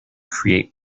create